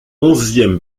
onzième